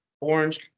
orange